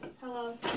Hello